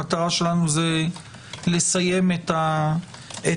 מטרתנו היא לסיים את החקיקה.